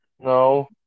No